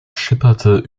schipperte